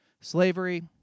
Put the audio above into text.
Slavery